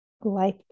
life